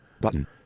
Button